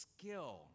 skill